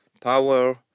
power